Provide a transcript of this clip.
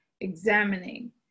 Examining